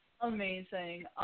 amazing